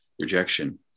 rejection